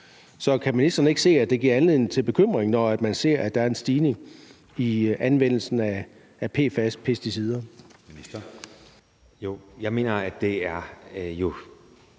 Så kan ministeren ikke se, at det giver anledning til bekymring, når man ser, at der er en stigning i anvendelsen af PFAS-pesticider?